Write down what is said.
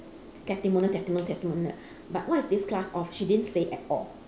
testimonial testimonial testimonial but what is this class of she didn't say at all